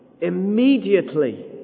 Immediately